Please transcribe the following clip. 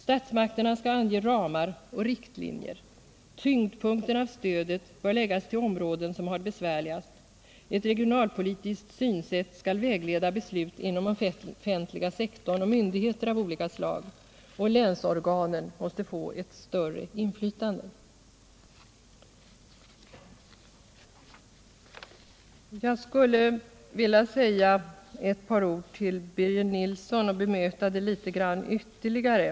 Statsmakterna skall ange ramar och riktlinjer. Tyngdpunkten av stödet bör läggas till områden som har det besvärligast. Ett regionalpolitiskt synsätt skall vägleda beslut inom offentliga sektorn och myndigheter av olika slag, och länsorganen måste få ett större inflytande. Jag skulle vilja bemöta Birger Nilsson litet grand ytterligare.